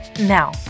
Now